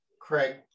Craig